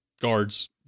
guards